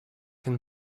can